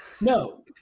no